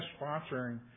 sponsoring